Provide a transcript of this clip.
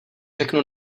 řeknu